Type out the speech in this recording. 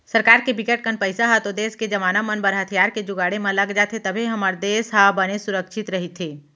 सरकार के बिकट कन पइसा ह तो देस के जवाना मन बर हथियार के जुगाड़े म लग जाथे तभे हमर देस ह बने सुरक्छित रहिथे